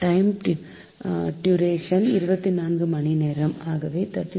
time duration 24 மணி நேரம் ஆகவே 37